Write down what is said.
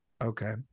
Okay